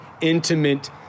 intimate